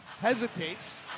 hesitates